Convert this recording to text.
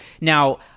Now